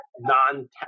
non